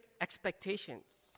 expectations